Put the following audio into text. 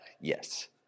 yes